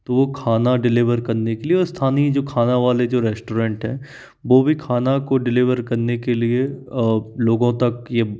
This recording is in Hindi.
तो वो खाना डिलीवर करने के लिए और स्थानीय जो खाना वाले जो रेस्टोरेंट हैं वो भी खाना को डिलीवर करने के लिए लोगों तक ये